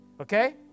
okay